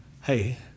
Hey